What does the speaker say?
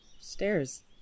stairs